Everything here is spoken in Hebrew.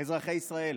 אזרחי ישראל,